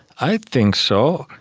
i think so.